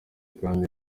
kandi